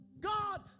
God